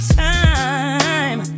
time